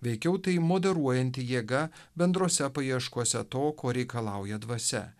veikiau tai moderuojanti jėga bendrose paieškose to ko reikalauja dvasia